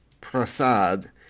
Prasad